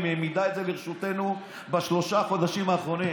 היא מעמידה את זה לרשותנו בשלושת החודשים האחרונים,